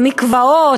המקוואות,